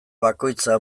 bakoitza